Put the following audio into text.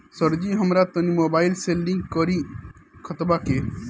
सरजी हमरा तनी मोबाइल से लिंक कदी खतबा के